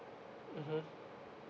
mmhmm